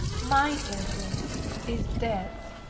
my daughter is dead!